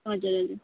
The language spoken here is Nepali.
हजुर हजुर